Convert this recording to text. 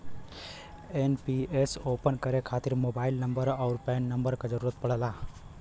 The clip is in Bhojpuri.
एन.पी.एस ओपन करे खातिर मोबाइल नंबर आउर पैन नंबर क जरुरत पड़ला